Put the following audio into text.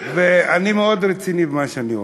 ואני מאוד רציני במה שאני אומר.